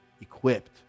equipped